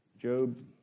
Job